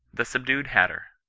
the subdued hatter.